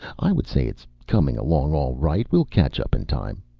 i would say it's coming along all right. we'll catch up in time.